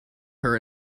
her